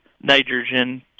nitrogen